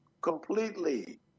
completely